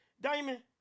Diamond